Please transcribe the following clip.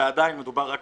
ועדיין, מדובר רק